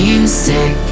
Music